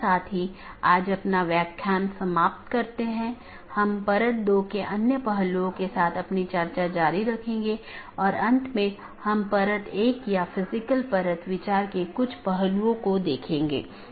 इसके साथ ही आज अपनी चर्चा समाप्त करते हैं